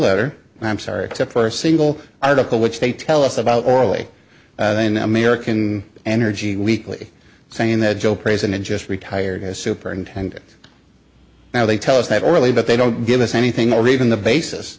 letter i'm sorry except for single article which they tell us about orally in american energy weekly saying that joe prays in a just retired as superintendent now they tell us that really but they don't give us anything or even the basis